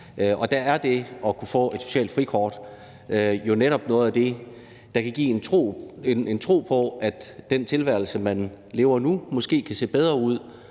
Der er det at kunne få et socialt frikort netop noget af det, der kan give en tro på, at den tilværelse, man lever nu, måske kan se bedre ud